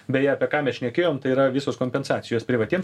beje apie ką mes šnekėjom tai yra visos kompensacijos privatiem